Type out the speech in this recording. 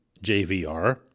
JVR